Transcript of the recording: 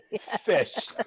Fish